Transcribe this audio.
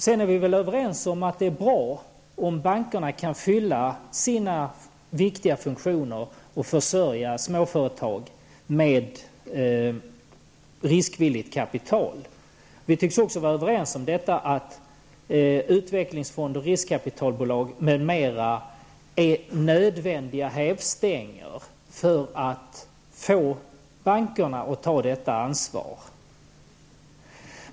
Vi är väl överens om att det är bra om bankerna kan fylla sina viktiga funktioner och försörja småföretag med riskvilligt kapital. Vi tycks också vara överens om att utvecklingsfonder, riskkapitalbolag m.m. är nödvändiga hävstänger för att få bankerna att ta sitt ansvar.